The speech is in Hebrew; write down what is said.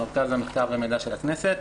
מרכז המחקר והמידע של הכנסת.